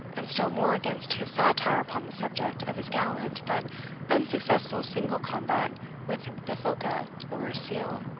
and still more against his satire upon the subject of his gallant but unsuccessful single combat with the phoca, or seal.